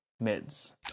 mids